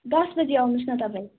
दस बजी आउनुहोस् न तपाईँ